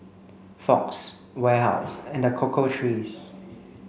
Fox Warehouse and The Cocoa Trees